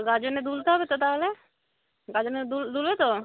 গাজনে দুলতে হবে তো তাহলে গাজনে দুলো তো